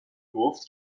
گفت